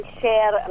share